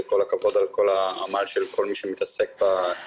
כל הכבוד על כל העמל של כל מי שמתעסק בנושא